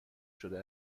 شده